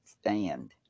stand